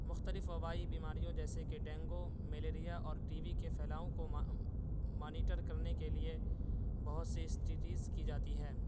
مختلف وبائی بیماریوں جیسے کہ ڈینگو ملیریا اور ٹی وی کے سلاؤں کو مانیٹر کرنے کے لیے بہت سے اسٹڈیز کی جاتی ہیں